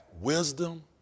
wisdom